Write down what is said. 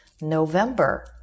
November